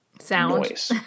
sound